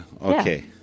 Okay